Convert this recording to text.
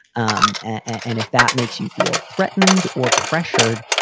um and if that makes you feel threatened or pressured,